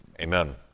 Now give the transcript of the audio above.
Amen